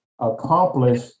accomplish